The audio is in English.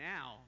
Now